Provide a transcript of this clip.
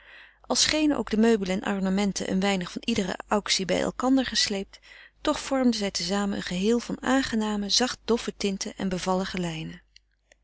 al schenen ook de meubelen de ornamenten een weinig van iedere auctie bij elkander gesleept toch vormden zij te zamen een geheel van aangename zacht doffe tinten en bevallige lijnen